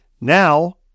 Now